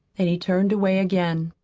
and he turned away again.